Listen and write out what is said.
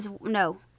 No